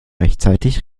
rechtzeitig